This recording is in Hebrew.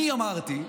אני אמרתי,